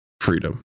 freedom